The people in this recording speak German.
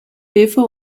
hilfe